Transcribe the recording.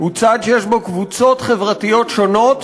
הוא צד שיש בו קבוצות חברתיות שונות,